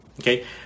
okay